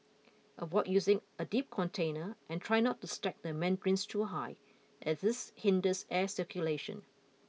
avoid using a deep container and try not to stack the mandarins too high as this hinders air circulation